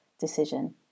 decision